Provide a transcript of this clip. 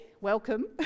welcome